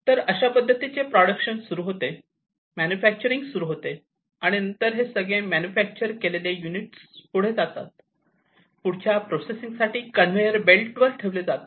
तर अशा पद्धतीने प्रोडक्शन सुरू होते मॅन्युफॅक्चरिंग सुरू होते आणि नंतर हे सगळे मॅन्युफॅक्चर केलेले युनिट्स केले जातात आणि पुढच्या प्रोसेसिंगसाठी कन्वेयर बेल्ट वर ठेवले जातात